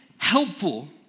Helpful